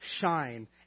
shine